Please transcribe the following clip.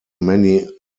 many